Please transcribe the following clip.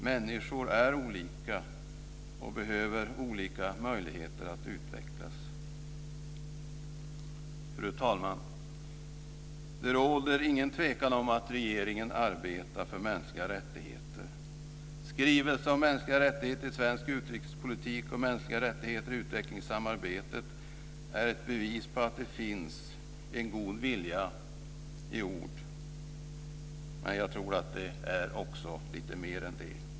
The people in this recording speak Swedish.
Människor är olika och behöver olika möjligheter att utvecklas. Fru talman! Det råder ingen tvekan om att regeringen arbetar för mänskliga rättigheter. Skrivelser om mänskliga rättigheter i svensk utrikespolitik och mänskliga rättigheter i utvecklingssamarbetet är ett bevis på att det i ord finns en god vilja, och jag tror att det är lite mer än så.